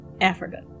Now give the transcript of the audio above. africa